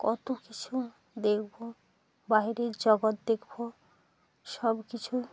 কতো কিছু দেখবো বাহিরের জগৎ দেখবো সব কিছু